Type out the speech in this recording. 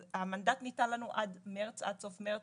אז המנדט ניתן לנו עד סוף מרץ,